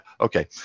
Okay